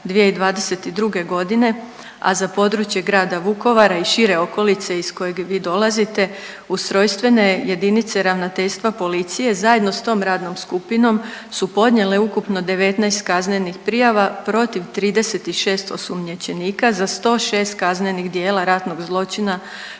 2022. godine, a za područje Grada Vukovara i šire okolice iz kojeg i vi dolazite ustrojstvene jedinice Ravnateljstva policije zajedno s tom radnom skupinom su podnijele ukupno 19 kaznenih prijava protiv 36 osumnjičenika za 106 kaznenih djela ratnog zločina protiv